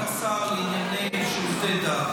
-- האם השר לענייני שירותי דת,